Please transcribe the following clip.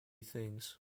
things